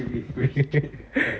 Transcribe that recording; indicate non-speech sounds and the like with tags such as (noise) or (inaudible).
(laughs)